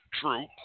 True